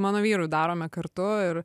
mano vyru darome kartu ir